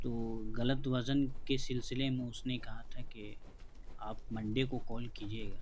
تو غلط وزن کے سلسلے میں اس نے کہا تھا کہ آپ منڈے کو کال کیجیے گا